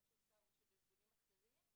גם של "סהר" ושל ארגונים אחרים,